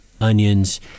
onions